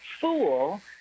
fool